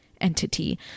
entity